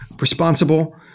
responsible